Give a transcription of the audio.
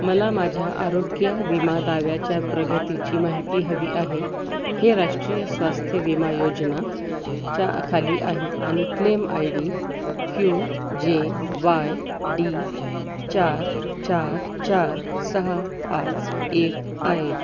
मला माझ्या आरोग्यविमा दाव्याच्या प्रगतीची माहिती हवी आहे हे राष्ट्रीय स्वास्थ्यविमा योजनाच्या खाली आहे आणि claim I D Q J Y D चार चार चार सहा पाच एक आहे